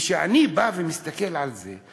וכשאני בא ומסתכל על זה,